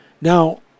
now